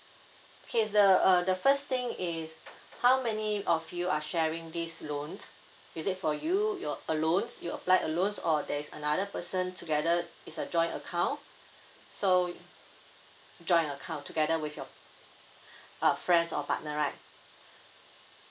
okay the uh the first thing is how many of you are sharing this loan is it for you you're alone you apply alone or there's another person together it's a joint account so joint account together with your uh friends or partner right